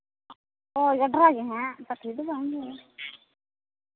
ᱦᱳᱭ ᱜᱟᱰᱨᱟ ᱜᱮᱦᱟᱸᱜ ᱯᱟᱴᱷᱤ ᱫᱚ ᱵᱟᱝ ᱜᱮ